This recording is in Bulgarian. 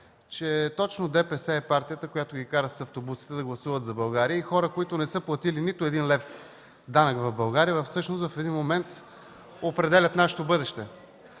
че точно ДПС е партията, която ги кара с автобусите да гласуват за България и хора, които не са платили нито един лев данък в България, всъщност в един момент определят нашето бъдеще.